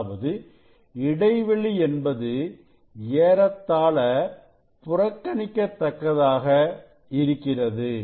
அதாவது இடைவெளி என்பது ஏறத்தாழ புறக்கணிக்க தக்கதாக இருக்கிறது